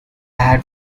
had